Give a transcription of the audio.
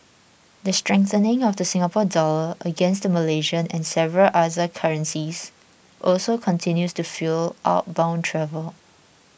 the strengthening of the Singapore Dollar against the Malaysian and several other currencies also continues to fuel outbound travel